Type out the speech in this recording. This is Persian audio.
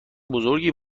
بزرگی